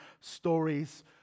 stories